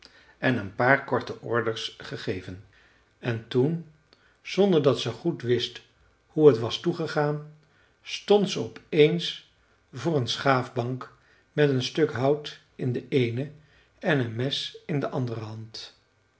en een paar korte orders gegeven en toen zonder dat ze goed wist hoe het was toegegaan stond ze op eens voor een schaafbank met een stuk hout in de eene en een mes in de andere hand